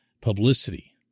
publicity